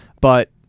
but-